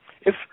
If